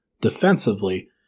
defensively